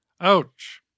Ouch